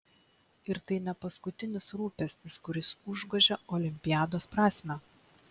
ir tai ne paskutinis rūpestis kuris užgožia olimpiados prasmę